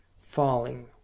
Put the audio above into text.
Falling